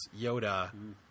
Yoda